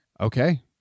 Okay